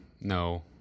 No